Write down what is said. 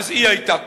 אז היא היתה קולה,